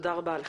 תודה רבה לך.